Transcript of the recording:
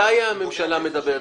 על מתי הממשלה מדברת?